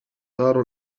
تارو